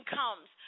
comes